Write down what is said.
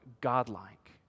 godlike